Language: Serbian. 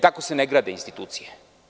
Tako se ne grade institucije.